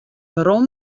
werom